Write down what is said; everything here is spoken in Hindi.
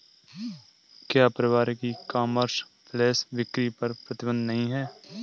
क्या पारंपरिक ई कॉमर्स फ्लैश बिक्री पर प्रतिबंध नहीं है?